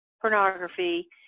pornography